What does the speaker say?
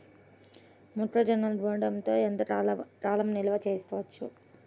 మొక్క జొన్నలు గూడంలో ఎంత కాలం నిల్వ చేసుకోవచ్చు?